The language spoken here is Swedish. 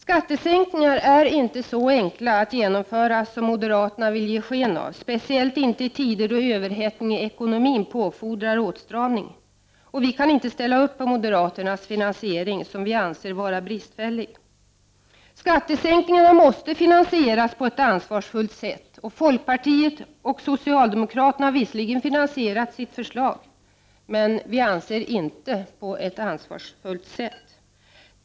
Skattesänkningar är inte så enkla att genomföra som moderaterna vill ge sken av, speciellt inte i tider då överhettning i ekonomin påfordrar åtstramning. Vi kan inte ställa oss bakom moderaternas finansiering, som vi anser vara bristfällig. Skattesänkningarna måste finansieras på ett ansvarsfullt sätt. Folkpartiet och socialdemokraterna har visserligen finansierat sitt förslag, men inte på ett ansvarsfullt sätt!